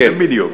בדיוק.